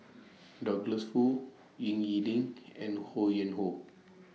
Douglas Foo Ying E Ding and Ho Yuen Hoe